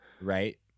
Right